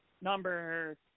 number